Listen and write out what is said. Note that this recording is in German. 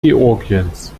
georgiens